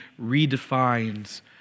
redefines